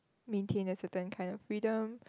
maintain a certain kind of freedom